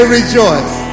rejoice